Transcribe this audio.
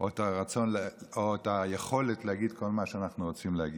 או את היכולת להגיד כל מה שאנחנו רוצים להגיד.